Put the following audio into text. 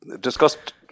discussed